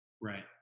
Right